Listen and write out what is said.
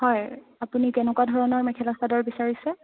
হয় আপুনি কেনেকুৱা ধৰণৰ মেখেলা চাদৰ বিচাৰিছে